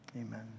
amen